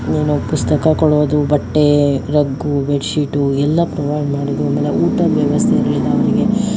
ಏನು ಪುಸ್ತಕ ಕೊಡೋದು ಬಟ್ಟೆ ರಗ್ಗು ಬೆಡ್ಶೀಟು ಎಲ್ಲ ಪ್ರೊವೈಡ್ ಮಾಡಿದ್ದು ಆಮೇಲೆ ಊಟದ ವ್ಯವಸ್ಥೆಗಳಿದೆ ಅವರಿಗೆ